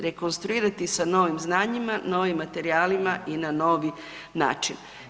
Rekonstruirati sa novim znanjima, novim materijalima i na novi način.